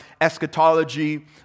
eschatology